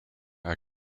are